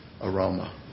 aroma